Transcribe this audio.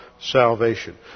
salvation